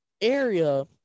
area